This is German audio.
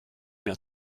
mehr